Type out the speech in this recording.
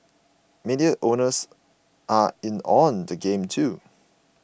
media owners are in on the game too